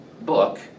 book